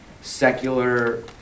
secular